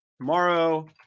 tomorrow